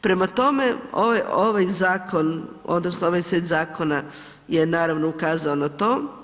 Prema tome, ovaj zakon odnosno ovaj set zakona je naravno ukazao na to.